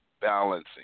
balancing